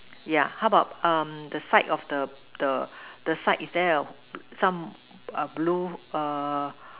yeah how about um the side of the the the side is there a some err blue err